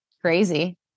crazy